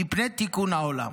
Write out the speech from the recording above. מפני תיקון העולם.